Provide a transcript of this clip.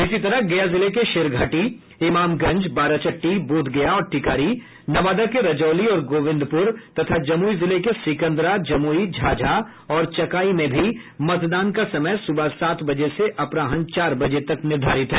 इसी तरह गया जिले के शेरघाटी इमामगंज बाराचट्टी बोधगया और टिकारी नवादा के रजौली और गोविंदपुर तथा जमुई जिले के सिकंदरा जमुई झाझा और चकाई में भी मतदान का समय सुबह सात बजे से अपराह्न चार बजे तक निर्धारित है